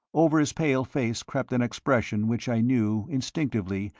over his pale face crept an expression which i knew, instinctively,